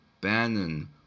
Bannon